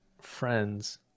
friends